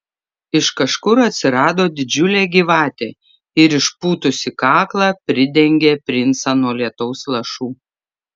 iš kažkur atsirado didžiulė gyvatė ir išpūtusi kaklą pridengė princą nuo lietaus lašų